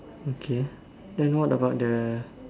okay then what about the